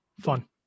Fun